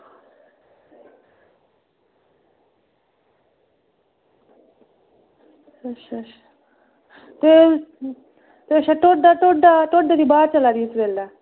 अच्छा अच्छा कोई इस बेल्लै ढोड्डा ढोड्डा ढोड्डै दी ब्हार चला करदी इस बेल्लै